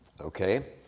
okay